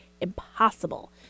impossible